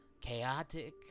Chaotic